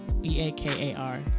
B-A-K-A-R